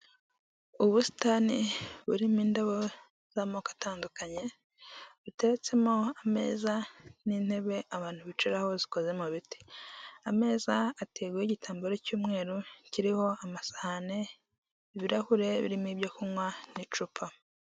Ubusitani burimo indabo z'amoko atandukanye, buteretsemo ameza n'intebe abantu bicaraho zikoze mu biti, ameza ateguyeho igitambaro cy'umweru, kiriho amasahane, ibirahure birimo ibyo kunywa n'icupa.